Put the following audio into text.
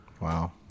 Wow